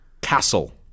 Castle